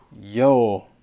Yo